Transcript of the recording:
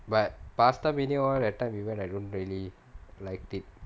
but Pastamania !wah! that time we went I don't really liked it